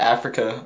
Africa